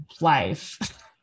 life